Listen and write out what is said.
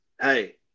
hey